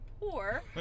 poor